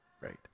right